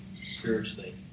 spiritually